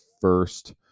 first